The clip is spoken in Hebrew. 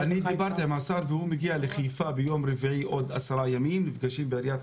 שרוצה לחזק את עצמו יש פה הזדמנות.